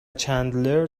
چندلر